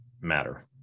matter